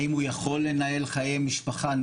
האם הוא יכול לנהל חיי משפחה,